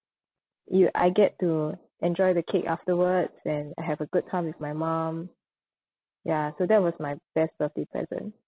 ya I get to enjoy the cake afterwards and have a good time with my mum ya so that was my best birthday present